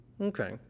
okay